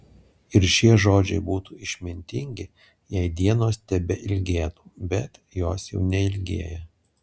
ir šie žodžiai būtų išmintingi jei dienos tebeilgėtų bet jos jau neilgėja